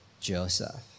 Joseph